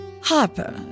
Harper